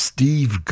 Steve